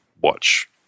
watch